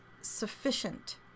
sufficient